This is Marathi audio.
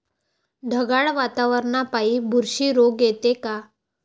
ढगाळ वातावरनापाई बुरशी रोग येते का?